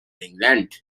england